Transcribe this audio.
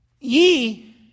Ye